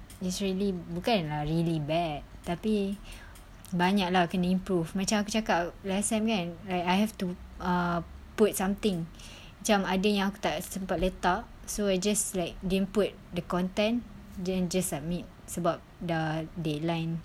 is really bukan lah really bad tapi banyak lah kena improve macam aku cakap last sem~ kan like I have to ah put something macam ada yang aku tak sempat letak so I just like didn't put the content then just submit sebab dah deadline